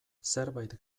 zerbait